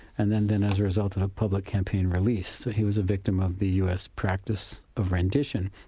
and then then as a result of a public campaign, released. so he was a victim of the us practice of rendition.